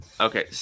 Okay